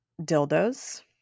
dildos